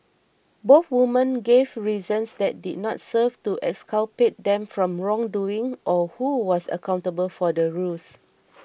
both women gave reasons that did not serve to exculpate them from wrongdoing or who was accountable for the ruse